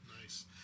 Nice